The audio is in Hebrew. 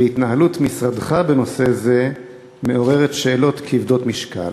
והתנהלות משרדך בנושא זה מעוררת שאלות כבדות משקל.